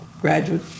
graduate